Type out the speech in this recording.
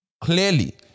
clearly